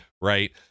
right